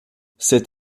cet